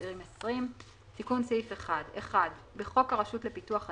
2020 תיקון סעיף 1 1. בחוק הרשות לפיתוח הנגב,